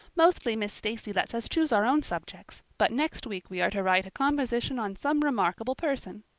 mostly miss stacy lets us choose our own subjects but next week we are to write a composition on some remarkable person.